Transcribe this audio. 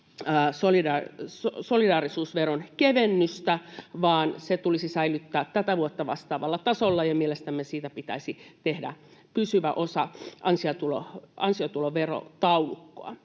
solidaarisuusveron kevennystä, vaan se tulisi säilyttää tätä vuotta vastaavalla tasolla, ja mielestämme siitä pitäisi tehdä pysyvä osa ansiotuloverotaulukkoa.